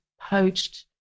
poached